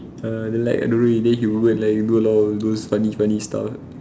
uh then like don't know then he will like go and like do a lot of those funny funny stuff